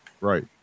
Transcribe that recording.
Right